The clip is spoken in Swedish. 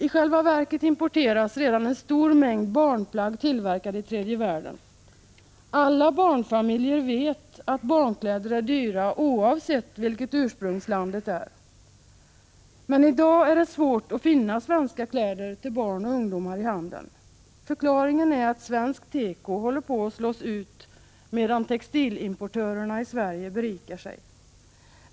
I själva verket importeras redan en stor mängd barnplagg tillverkade i tredje världen. Alla barnfamiljer vet att barnkläder är dyra oavsett vilket ursprungslandet är. Men i dag är det svårt att i handeln finna svenska kläder till barn och ungdomar. Förklaringen är att svensk teko håller på att slås ut, medan textilimportörerna i Sverige gör sig rikare.